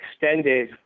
extended